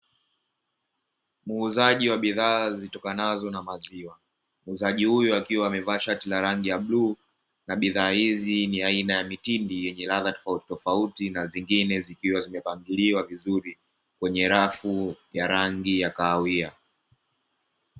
Muuzaji wa bidhaa zitokanazo na maziwa. Muuzaji huyo akiwa amevaa shati la rangi ya bluu, na bidhaa hizi ni aina ya mitindi yenye ladha tofautofauti na zingine zikwa zimepangiliwa vizuri kwenye rafu ya rangi ya kahawia.